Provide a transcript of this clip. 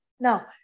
Now